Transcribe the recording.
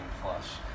plus